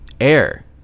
Air